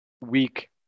weak